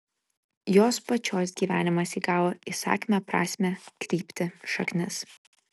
jos pačios gyvenimas įgavo įsakmią prasmę kryptį šaknis